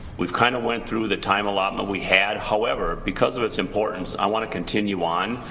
we've kind of went through the time allotment we had however, because of its importance i want to continue on,